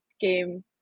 game